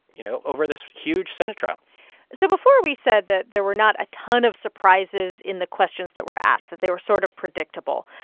you know, over this huge senate trial so before, we said that there were not a ton of surprises in the questions that were asked, that they were sort of predictable.